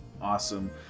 Awesome